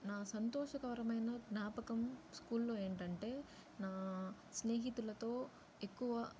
నా సంతోషకరమైన జ్ఞాపకం స్కూళ్ళో ఏంటంటే నా స్నేహితులతో ఎక్కువ